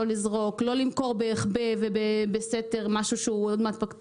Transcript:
לא למכור בהיחבא ובסתר משהו שהוא עוד מעט פג תוקף.